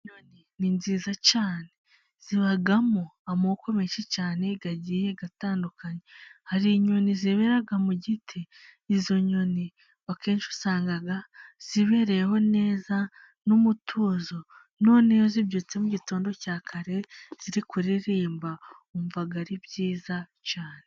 Inyoni ni nziza cyane zibamo amoko menshi cyane agiye atandukanye hari: inyoni zibera mu giti izo nyoni akenshi usanga zibereyeho neza n' umutuzo, noneho iyo zibyutse mu gitondo cya kare ziri kuririmba wumva ari byiza cyane.